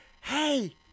Hey